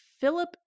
Philip